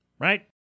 Right